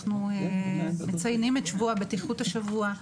אנחנו מציינים את שבוע הבטיחות השבוע,